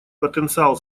потенциал